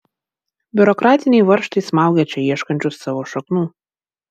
biurokratiniai varžtai smaugia čia ieškančius savo šaknų